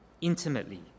intimately